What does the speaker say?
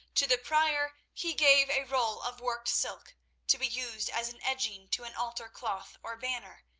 to the prior he gave a roll of worked silk to be used as an edging to an altar cloth or banner,